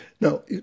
Now